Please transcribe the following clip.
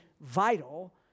vital